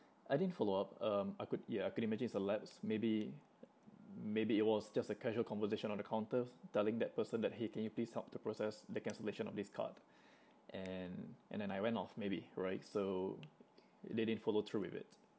I didn't follow up um I could yeah I could imagine it's a lapse maybe maybe it was just a casual conversation on the counter telling that person that !hey! can you please help to process the cancellation of this card and and then I went off maybe right so they didn't follow through with it